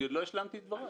עוד לא השלמתי את דבריי.